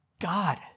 God